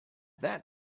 that